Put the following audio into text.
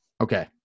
Okay